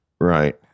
right